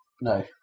No